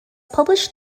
published